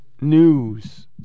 news